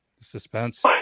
Suspense